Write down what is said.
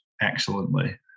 excellently